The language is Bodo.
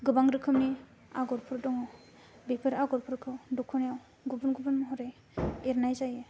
गोबां रोखोमनि आगरफोर दं बेफोर आगरफोरखौ दख'नायाव गुबुन गुबुन महरै एरनाय जायो